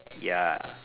ya